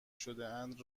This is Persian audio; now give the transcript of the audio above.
شدهاند